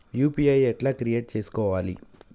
UPI ఎట్లా create చేసుకోవాలి?